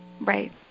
Right